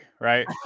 right